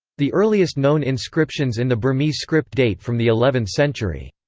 the earliest known inscriptions in the burmese script date from the eleventh century.